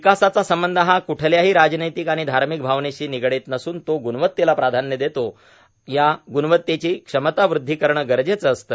विकासाचा संबंध हा कुठल्याही राजनैतिक आणि धार्मिक भावनेशी निगडत नसून तो ग्णवत्तेला प्राधान्य देतो आणि या ग्णवत्तेची क्षमतावृद्धी करणे गरजेचे असते